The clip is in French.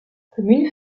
commune